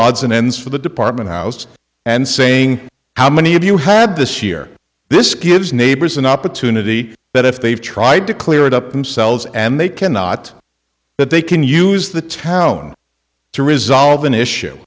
odds and ends for the department house and saying how many of you had this year this gives neighbors an opportunity that if they've tried to clear it up themselves and they cannot that they can use the town to resolve an issue